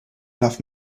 enough